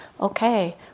okay